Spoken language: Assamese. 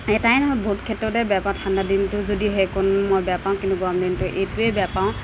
এটাই নহয় বহুত ক্ষেত্ৰতে বেয়া পাওঁ ঠাণ্ডা দিনতো যদি সেইকনো মই বেয়া পাওঁ কিন্তু গৰম দিনটো এইটোৱেই বেয়া পাওঁ